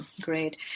great